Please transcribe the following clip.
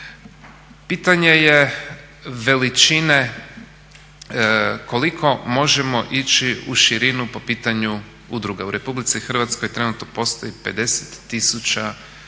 Pitanje je veličine koliko možemo ići u širinu po pitanju udruga. U Republici Hrvatskoj trenutno postoji 50 tisuća